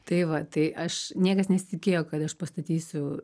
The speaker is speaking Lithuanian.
tai va tai aš niekas nesitikėjo kad aš pastatysiu